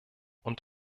und